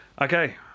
Okay